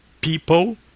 people